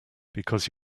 because